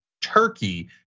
Turkey